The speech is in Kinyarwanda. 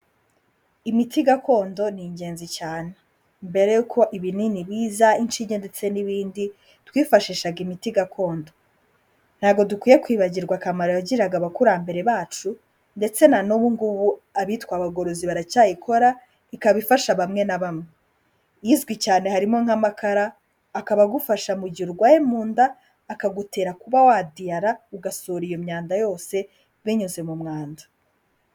Imiti gakondo ni ingenzi cyane, mbere y'uko ibinini biza inshinge ndetse n'ibindi twifashishaga imiti gakondo, ntago dukwiye kwibagirwa akamaro yagiriraga abakurambere bacu ndetse na n'ubu ngubu abitwa abagorozi baracyayikora ikaba ifasha bamwe na bamwe, izwi cyane harimo nk'amakara akaba agufasha mu gihe urwaye mu nda akagutera kuba wadiyara ugasura iyo myanda yose binyuze mu mwanda.